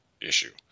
issue